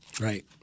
right